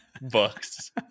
books